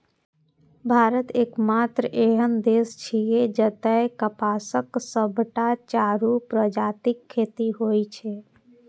भारत एकमात्र एहन देश छियै, जतय कपासक सबटा चारू प्रजातिक खेती होइ छै